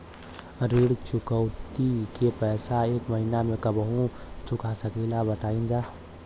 ऋण चुकौती के पैसा एक महिना मे कबहू चुका सकीला जा बताईन जा?